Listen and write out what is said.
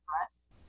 dress